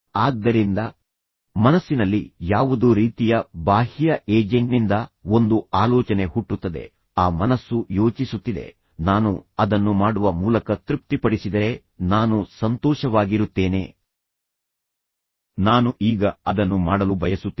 ಆದ್ದರಿಂದ ಮನಸ್ಸಿನಲ್ಲಿ ಯಾವುದೋ ರೀತಿಯ ಬಾಹ್ಯ ಏಜೆಂಟ್ನಿಂದ ಒಂದು ಆಲೋಚನೆ ಹುಟ್ಟುತ್ತದೆ ಆ ಮನಸ್ಸು ಯೋಚಿಸುತ್ತಿದೆ ನಾನು ಅದನ್ನು ಮಾಡುವ ಮೂಲಕ ತೃಪ್ತಿಪಡಿಸಿದರೆ ನಾನು ಸಂತೋಷವಾಗಿರುತ್ತೇನೆ ನಾನು ಈಗ ಅದನ್ನು ಮಾಡಲು ಬಯಸುತ್ತೇನೆ